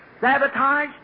sabotage